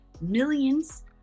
millions